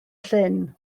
llyn